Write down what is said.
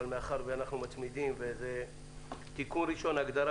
אבל מאחר שאנחנו מצמידים זה כך תיקון ראשון: הגדרה